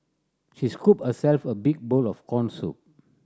she scooped herself a big bowl of corn soup